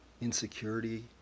insecurity